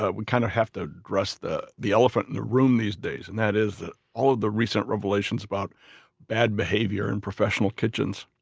but we kind of have to address the the elephant in the room these days, and that is that all of the recent revelations about bad behavior in professional kitchens.